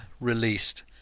released